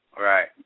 Right